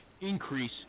increase